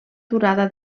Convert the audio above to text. durada